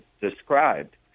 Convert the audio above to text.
described